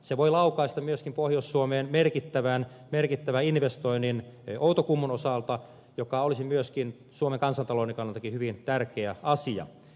se voi laukaista myöskin pohjois suomeen merkittävän investoinnin outokummun osalta joka olisi myöskin suomen kansantalouden kannaltakin hyvin tärkeä asia